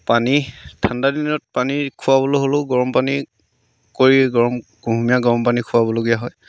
পানী ঠাণ্ডা দিনত পানী খোৱাবলৈ হ'লেও গৰমপানী কৰি গৰম কুহুমীয়া গৰমপানী খোৱাবলগীয়া হয়